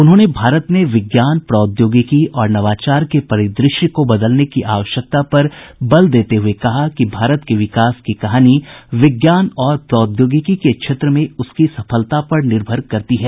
उन्होंने भारत में विज्ञान प्रौद्योगिकी और नवाचार के परिदृश्य को बदलने की आवश्यकता पर बल देते हुए कहा कि भारत के विकास की कहानी विज्ञान और प्रौद्योगिकी के क्षेत्र में उसकी सफलता पर निर्भर करती है